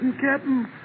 Captain